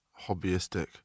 hobbyistic